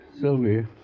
Sylvia